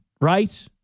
right